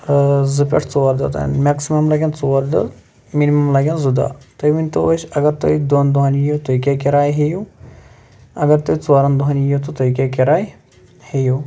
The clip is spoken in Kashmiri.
زٕ پٮ۪ٹھ ژور دوہ تام میکسِمم لَگن ژور دۄہ مِنِمم لَگن زٕ دۄہ تُہۍ ؤنۍ تو اَسہِ اَگر تُہۍ دۄن دۄہَن یِیو تُہۍ کیاہ کِراے ہیٚیو اَگر تُہۍ ژورن دۄہَن یِیو تہٕ تُہۍ کیاہ کِراے ہیٚیو